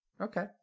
Okay